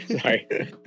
sorry